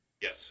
Yes